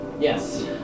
Yes